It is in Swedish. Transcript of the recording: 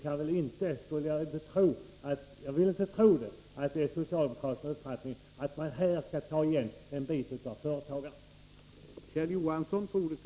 Jag vill inte tro att det är socialdemokraternas uppfattning att man här skall ta igen en bit av företagarna.